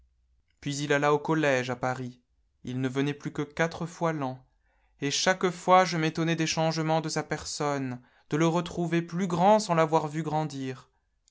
puis il alla au collège à paris il ne venait plus que quatre fois l'an et chaque fois je m'étonnais des changements de sa personne de le retrouver plus grand sans l'avoir vu o randir